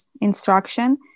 instruction